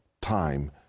time